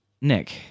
Nick